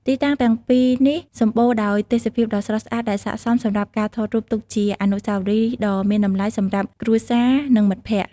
ទីតាំងទាំងពីរនេះសម្បូរដោយទេសភាពដ៏ស្រស់ស្អាតដែលស័ក្តិសមសម្រាប់ការថតរូបទុកជាអនុស្សាវរីយ៍ដ៏មានតម្លៃសម្រាប់គ្រួសារនិងមិត្តភក្តិ។